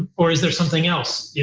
or is there something else? yeah